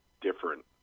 different